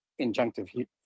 injunctive